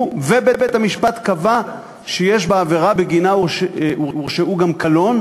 ובית-המשפט קבע שיש בעבירה שבגינה הם הורשעו גם קלון,